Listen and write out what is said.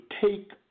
take